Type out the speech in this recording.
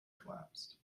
collapsed